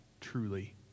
truly